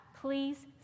please